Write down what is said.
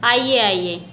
आइए आइए